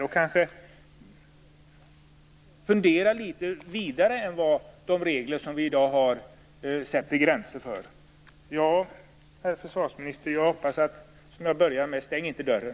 Kanske skulle vi fundera litet vidare och gå utöver de gränser som de regler vi har i dag sätter. Herr försvarsminister! Jag vill upprepa det jag började med: Stäng inte dörren!